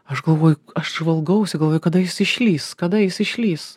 aš galvoju aš žvalgausi galvoju kada jis išlįs kada jis išlįs